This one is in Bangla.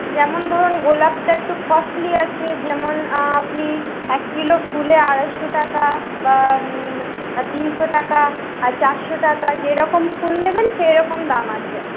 যেমন ধরুন গোলাপটা একটু কস্টলি আছে যেমন আপনি এক কিলো ফুলে আড়াইশো টাকা বা তিনশো টাকা আর চারশো টাকা যেরকম ফুল নেবেন সেরকম দাম আছে